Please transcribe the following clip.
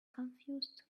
confused